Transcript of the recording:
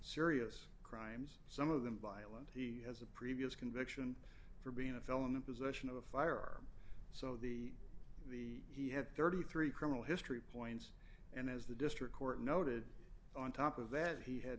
serious crimes some of them violent he has a previous conviction for being a felon in possession of a firearm so the the he had thirty three criminal history points and as the district court noted on top of that he had